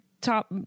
top